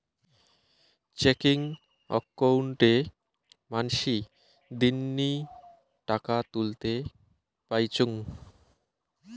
checking অক্কোউন্টে মানসী দিননি টাকা তুলতে পাইচুঙ